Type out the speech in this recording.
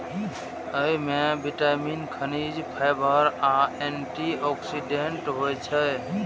अय मे विटामिन, खनिज, फाइबर आ एंटी ऑक्सीडेंट होइ छै